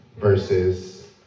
versus